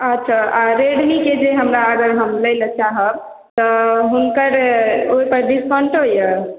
अच्छा आ रेडमीके जे हमरा अगर हम लै लए चाहब तऽ हुनकर ओहि पर डिस्काउंटो अइ